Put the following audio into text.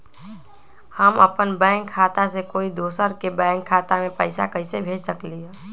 हम अपन बैंक खाता से कोई दोसर के बैंक खाता में पैसा कैसे भेज सकली ह?